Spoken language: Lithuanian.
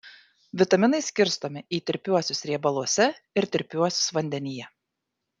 vitaminai skirstomi į tirpiuosius riebaluose ir tirpiuosius vandenyje